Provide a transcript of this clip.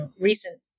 recent